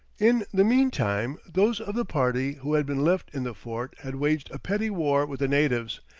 in the meantime, those of the party who had been left in the fort had waged a petty war with the natives,